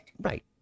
Right